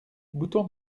bouton